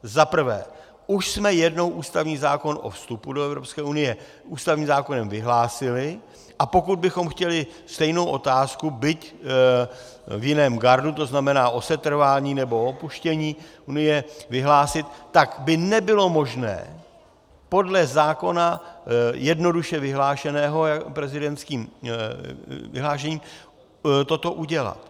Za prvé už jsme jednou ústavní zákon o vstupu do Evropské unie ústavním zákonem vyhlásili, a pokud bychom chtěli stejnou otázku, byť v jiném gardu, to znamená o setrvání nebo opuštění Unie, vyhlásit, tak by nebylo možné podle zákona jednoduše vyhlášeného prezidentským vyhlášením toto udělat.